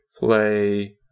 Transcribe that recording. play